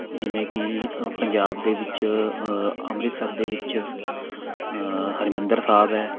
ਜਿਵੇਂ ਕਿ ਪੰਜਾਬ ਦੇ ਵਿੱਚ ਅੰਮ੍ਰਿਤਸਰ ਦੇ ਵਿੱਚ ਹਰਿਮੰਦਰ ਸਾਹਿਬ ਹੈ